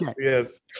yes